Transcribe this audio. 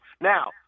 Now